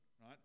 right